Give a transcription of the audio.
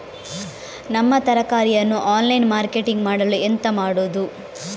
ನಮ್ಮ ತರಕಾರಿಯನ್ನು online marketing ಮಾಡಲು ಎಂತ ಮಾಡುದು?